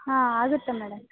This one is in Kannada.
ಹಾಂ ಆಗುತ್ತೆ ಮೇಡಮ್